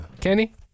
Kenny